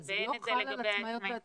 אבל זה לא חל על עצמאיות ועצמאים.